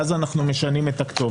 ואז אנחנו משנים את הכתובת.